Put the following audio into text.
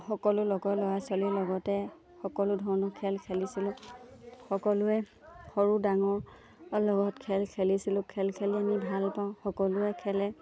সকলো লগৰ ল'ৰা ছোৱালীৰ লগতে সকলো ধৰণৰ খেল খেলিছিলোঁ সকলোৱে সৰু ডাঙৰৰ লগত খেল খেলিছিলোঁ খেল খেলি আমি ভাল পাওঁ সকলোৱে খেলে